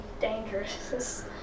dangerous